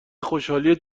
خوشحالی